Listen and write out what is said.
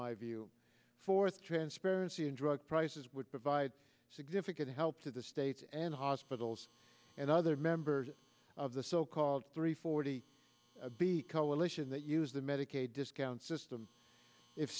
my view fourth transparency in drug prices would provide significant help to the state and hospitals and other members of the so called three forty b coalition that use the medicaid discount system if